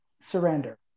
surrender